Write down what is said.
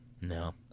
No